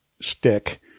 stick